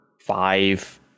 five